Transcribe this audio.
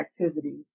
activities